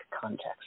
context